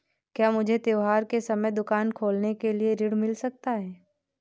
क्या मुझे त्योहार के समय दुकान खोलने के लिए ऋण मिल सकता है?